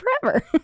forever